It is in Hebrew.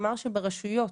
אמר שברשויות,